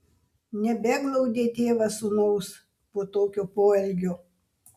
nebeglaudė tėvas sūnaus po tokio poelgio